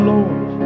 Lord